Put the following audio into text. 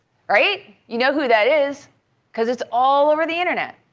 right? you know who that is because it's all over the internet.